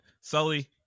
Sully